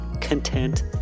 content